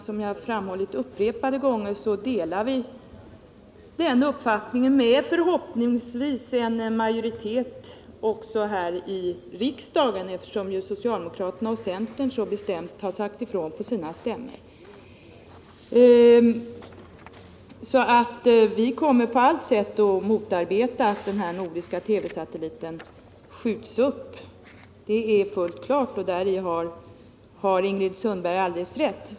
Som jag framhållit upprepade gånger delar vi den uppfattningen med förhoppningsvis en majoritet också här i riksdagen, eftersom ju socialdemokraterna och centern har sagt ifrån på sina stämmor och kongresser; Vi kommer på allt sätt att motarbeta att den nordiska TV-satelliten skjuts upp. Det är fullt klart; däri har Ingrid Sundberg alldeles rätt.